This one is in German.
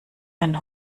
einen